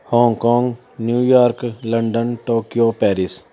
Hong Kong New York London Tokyo Paris